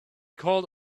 called